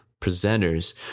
presenters